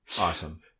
Awesome